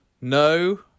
no